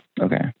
Okay